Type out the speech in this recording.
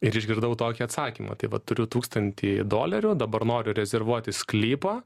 ir išgirdau tokį atsakymą tai vat turiu tūkstantį dolerių dabar noriu rezervuoti sklypą